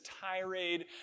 tirade